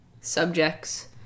subjects